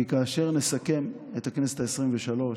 כי כאשר נסכם את הכנסת העשרים-ושלוש,